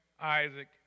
Isaac